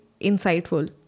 insightful